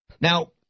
Now